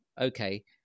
okay